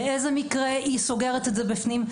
באיזה מקרה היא סוגרת בפנים.